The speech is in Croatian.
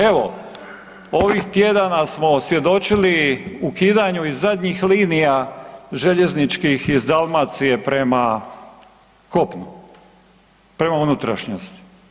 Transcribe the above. Evo, ovih tjedana smo svjedočili ukidanju i zadnjih linija željezničkih iz Dalmacije prema kopunu, prema unutrašnjosti.